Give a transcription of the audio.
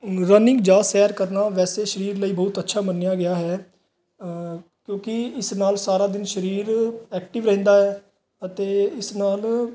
running ਜਾਂ ਸੈਰ ਕਰਨਾ ਵੈਸੇ ਸਰੀਰ ਲਈ ਬਹੁਤ ਅੱਛਾ ਮੰਨਿਆ ਗਿਆ ਹੈ ਕਿਉਂਕਿ ਇਸ ਨਾਲ ਸਾਰਾ ਦਿਨ ਸਰੀਰ ਐਕਟਿਵ ਰਹਿੰਦਾ ਹੈ ਅਤੇ ਇਸ ਨਾਲ